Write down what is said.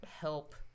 help